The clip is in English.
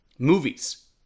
Movies